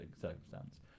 circumstance